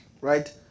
right